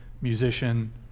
musician